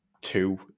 two